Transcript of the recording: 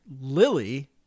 lily